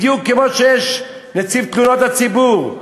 בדיוק כמו שיש נציב תלונות הציבור,